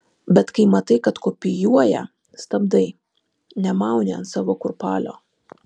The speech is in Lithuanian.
bet kai matai kad kopijuoja stabdai nemauni ant savo kurpalio